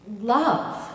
love